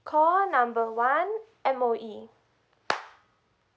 call number one M_O_E